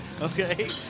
Okay